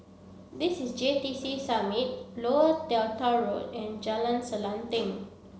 this is J T C Summit Lower Delta Road and Jalan Selanting